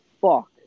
fuck